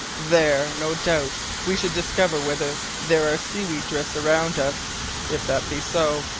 there, no doubt, we should discover whether there are seaweed drifts around us if that be so,